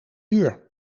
uur